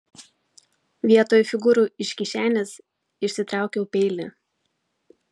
vietoj figūrų iš kišenės išsitraukiau peilį